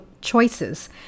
choices